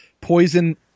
poison